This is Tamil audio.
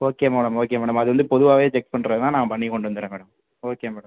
ஓகே மேடம் ஓகே மேடம் அது வந்து பொதுவாகவே செக் பண்ணுறது தான் நான் பண்ணி கொண்டு வந்துடுறேன் மேடம் ஓகே மேடம்